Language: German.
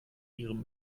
ihrem